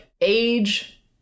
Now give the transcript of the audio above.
age